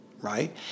right